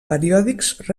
periòdics